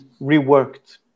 reworked